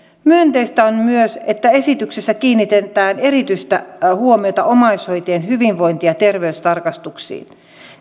myönteistä on myös että esityksessä kiinnitetään erityistä huomiota omaishoitajien hyvinvointi ja terveystarkastuksiin